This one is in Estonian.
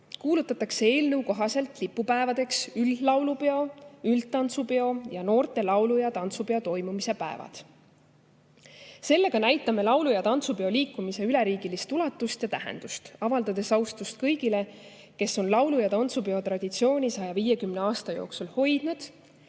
kuulutatakse eelnõu kohaselt lipupäevadeks üldlaulupeo, üldtantsupeo ning noorte laulu- ja tantsupeo toimumise päevad. Sellega näitame laulu- ja tantsupeo liikumise üleriigilist ulatust ja tähendust, avaldades austust kõigile, kes on laulu- ja tantsupeo traditsiooni 150 aasta jooksul hoidnud,